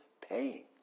paying